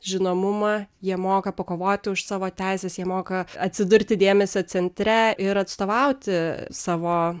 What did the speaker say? žinomumą jie moka pakovoti už savo teises jie moka atsidurti dėmesio centre ir atstovauti savo